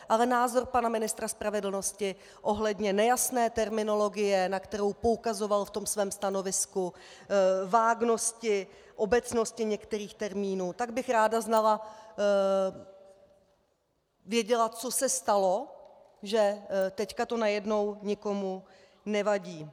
A na názor pana ministra spravedlnosti ohledně nejasné terminologie, na kterou poukazoval v tom svém stanovisku, vágnosti, obecnosti některých termínů tak bych ráda věděla, co se stalo, že teď to najednou nikomu nevadí.